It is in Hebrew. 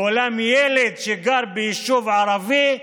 ואולם ילד שגר ביישוב ערבי מוענש,